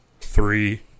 Three